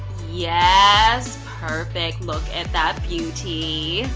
yes, perfect look at that beauty.